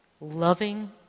loving